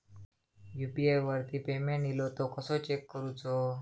UPI वरती payment इलो तो कसो चेक करुचो?